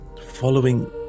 following